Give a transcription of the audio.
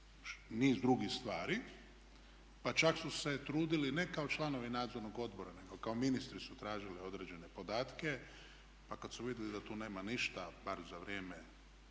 niz drugih stvari, pa čak su se trudili ne kao članovi nadzornog odbora nego kao ministri su tražili određene podatke, pa kad su vidjeli da tu nema ništa bar za vrijeme